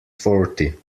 forty